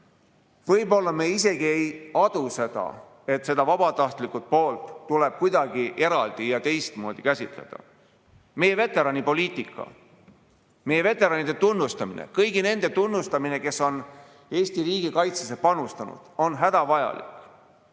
võib-olla me isegi ei adu, et seda vabatahtlikku poolt tuleb kuidagi eraldi ja teistmoodi käsitleda. Meie veteranipoliitika, meie veteranide tunnustamine, kõigi nende tunnustamine, kes on Eesti riigi kaitsesse panustanud, on hädavajalik.